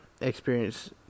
Experience